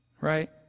Right